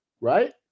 right